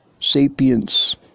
sapiens